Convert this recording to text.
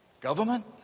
government